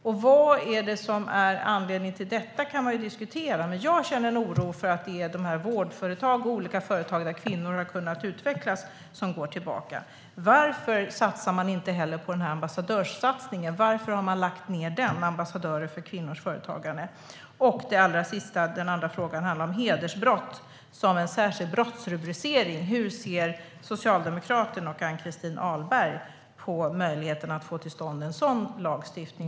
Man kan diskutera vad som är anledningen till detta. Men jag känner en oro för att det är vårdföretag och olika andra företag där kvinnor har kunnat utvecklas som går tillbaka. Varför har man lagt ned satsningen på ambassadörer för kvinnors företagande? Min andra fråga handlar om hedersbrott som en särskild brottsrubricering. Hur ser Socialdemokraterna och Ann-Christin Ahlberg på möjligheten att få till stånd en sådan lagstiftning?